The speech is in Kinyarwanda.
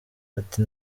ati